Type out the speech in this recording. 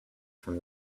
from